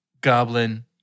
goblin